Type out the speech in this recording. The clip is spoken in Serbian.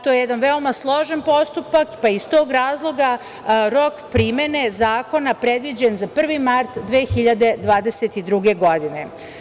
To je jedan veoma složen postupak pa iz tog razloga rok primene zakona predviđen je za 1. mart 2022. godine.